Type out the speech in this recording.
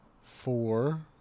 four